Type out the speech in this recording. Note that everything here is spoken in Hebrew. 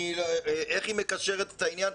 איך היא מקשרת את העניין?